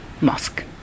Mosque